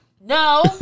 No